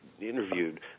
interviewed